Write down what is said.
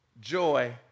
joy